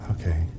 Okay